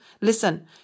Listen